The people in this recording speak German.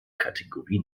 kategorie